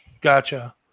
gotcha